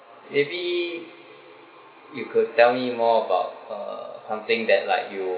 maybe you could tell me more about uh something that like you